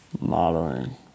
Modeling